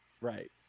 Right